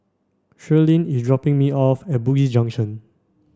Shirleen is dropping me off at Bugis Junction